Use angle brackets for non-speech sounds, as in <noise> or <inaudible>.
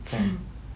<laughs>